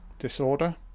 Disorder